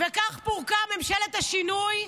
וכך פורקה ממשלת השינוי,